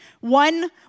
One